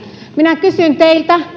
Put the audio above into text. minä kysyn teiltä